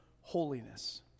holiness